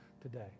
today